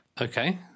Okay